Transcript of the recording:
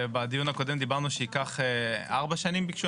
ובדיון הקודם דיברנו שייקח ארבע שנים ביקשו?